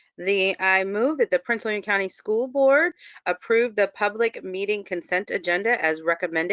the, i move that the prince william county school board approve the public meeting consent agenda as recommended.